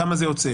כמה זה יוצא?